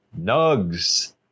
nugs